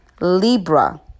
Libra